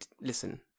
Listen